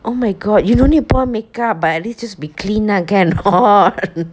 oh my god you don't need put on make up but at least just be clean ah can or not